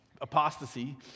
apostasy